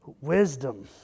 wisdom